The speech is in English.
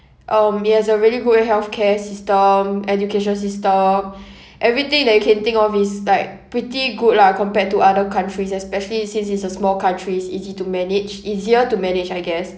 um it has a really good health care system education system everything that you can think of is like pretty good lah compared to other countries especially since it's a small country is easy to manage easier to manage I guess